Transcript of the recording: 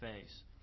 face